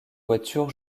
voitures